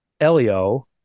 Elio